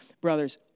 brothers